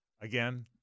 again